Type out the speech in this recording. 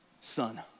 son